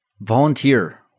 volunteer